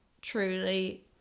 truly